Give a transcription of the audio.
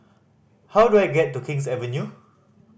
how do I get to King's Avenue